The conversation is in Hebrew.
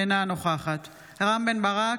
אינה נוכחת רם בן ברק,